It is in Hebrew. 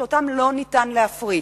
שאותן אין להפריט.